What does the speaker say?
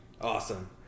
Awesome